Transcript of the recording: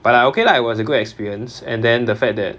but like okay lah it was a good experience and then the fact that